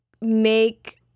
make